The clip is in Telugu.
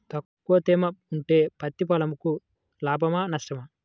తక్కువ తేమ ఉంటే పత్తి పొలంకు లాభమా? నష్టమా?